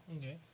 Okay